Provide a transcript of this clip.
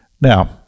Now